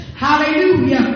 Hallelujah